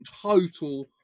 total